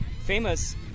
famous